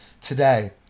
today